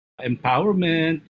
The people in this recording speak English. empowerment